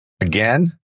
Again